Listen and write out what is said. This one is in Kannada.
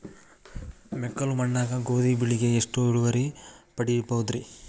ಮೆಕ್ಕಲು ಮಣ್ಣಾಗ ಗೋಧಿ ಬೆಳಿಗೆ ಎಷ್ಟ ಇಳುವರಿ ಪಡಿಬಹುದ್ರಿ?